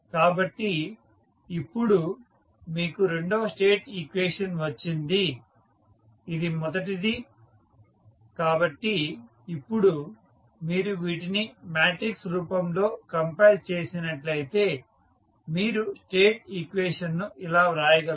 కాబట్టి ఇప్పుడు మీకు రెండవ స్టేట్ ఈక్వేషన్ వచ్చింది ఇది మొదటిది కాబట్టి ఇప్పుడు మీరు వీటిని మ్యాట్రిక్స్ రూపంలో కంపైల్ చేసినట్లయితే మీరు స్టేట్ ఈక్వేషన్ ను ఇలా వ్రాయగలరు